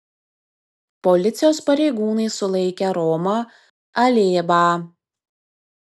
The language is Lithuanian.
policijos pareigūnai sulaikė romą alėbą